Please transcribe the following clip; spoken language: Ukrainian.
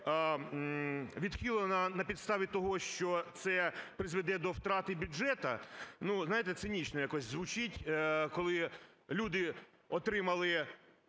відхилена на підставі того, що це призведе до втрати бюджету. Ну, знаєте, цинічно якось звучить: коли люди отримали